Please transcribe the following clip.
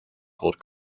called